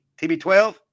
tb12